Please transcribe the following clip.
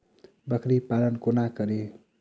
बकरी पालन कोना करि?